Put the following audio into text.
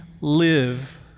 live